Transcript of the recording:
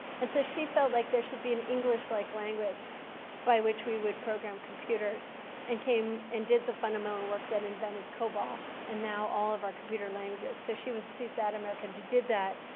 and so she felt like there should be an english-like like language by which we would program computers and came and did the fundamental work that invented cobol and now all of our computer languages. so she was she's that american who did that.